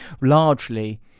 largely